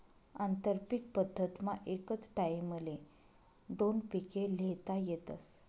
आंतरपीक पद्धतमा एकच टाईमले दोन पिके ल्हेता येतस